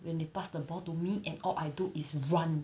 when they pass the ball to me and all I do is run